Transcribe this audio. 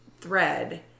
thread